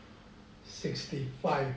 sixty five